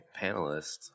panelists